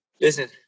listen